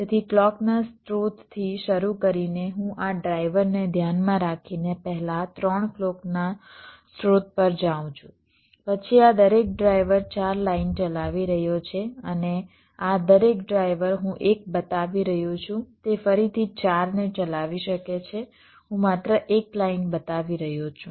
તેથી ક્લૉકના સ્ત્રોતથી શરૂ કરીને હું આ ડ્રાઇવરને ધ્યાનમાં રાખીને પહેલા 3 ક્લૉકના સ્ત્રોત પર જાઉં છું પછી આ દરેક ડ્રાઇવર 4 લાઇન ચલાવી રહ્યો છે અને આ દરેક ડ્રાઇવર હું એક બતાવી રહ્યો છું તે ફરીથી 4 ને ચલાવી શકે શકે છે હું માત્ર એક લાઇન બતાવી રહ્યો છું